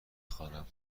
خواهم